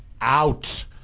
out